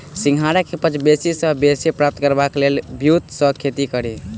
सिंघाड़ा केँ उपज बेसी सऽ बेसी प्राप्त करबाक लेल केँ ब्योंत सऽ खेती कड़ी?